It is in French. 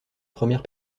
première